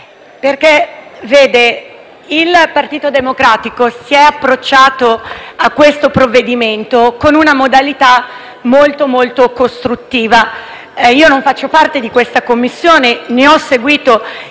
il Partito Democratico si è approcciato a questo provvedimento con una modalità molto costruttiva. Io non faccio parte della 13a Commissione; ne ho seguito in parte i lavori